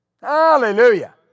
Hallelujah